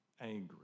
angry